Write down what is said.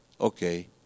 Okay